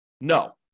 No